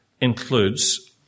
includes